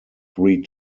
three